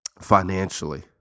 financially